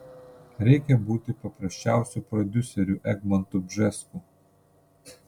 reikia būti paprasčiausiu prodiuseriu egmontu bžesku